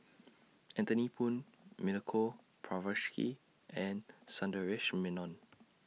Anthony Poon Milenko and Sundaresh Menon